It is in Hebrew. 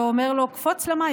ואומר לו: קפוץ למים,